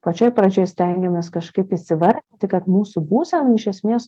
pačioj pradžioj stengiamės kažkaip įsivardinti kad mūsų būseną iš esmės